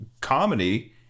comedy